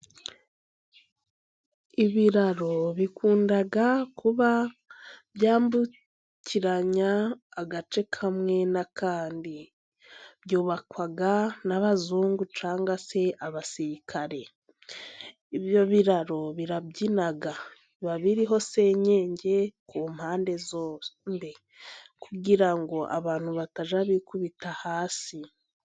Ibiraro bikunda kuba byambukiranya agace kamwe n'akandi byubakwa n'abazungu cyangwa se abasirikare. Ibyo biraro birabyina biba biriho senyenge ku mpande zombi kugira ngo abantu batajya bikubita hasi.